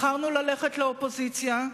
בחרנו ללכת לאופוזיציה,